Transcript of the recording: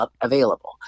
available